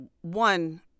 one